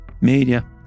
media